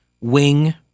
wing